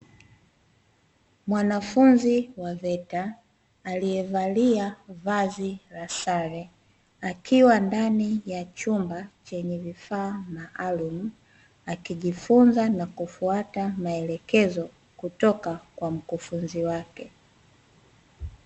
Mwanafunzi wa veta aliyevalia vazi la sare akiwa ndani ya chumba chenye vifaa maalumu, akijifunza na kufuata maelekezo kutoka kwa mkufunzi wake.